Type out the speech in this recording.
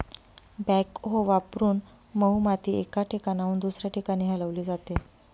backhoe वापरून मऊ माती एका ठिकाणाहून दुसऱ्या ठिकाणी हलवली जाते